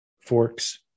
forks